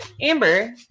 Amber